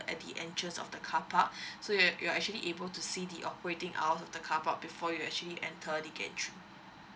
at the entrance of the carpark so you're you're actually able to see the operating hour of the carpark before you actually enter the gate